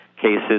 cases